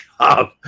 job